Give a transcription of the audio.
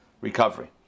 recovery